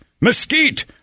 mesquite